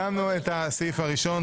סיימנו את הסעיף הראשון.